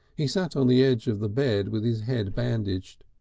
he sat on the edge of the bed with his head bandaged,